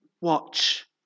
watch